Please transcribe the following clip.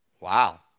Wow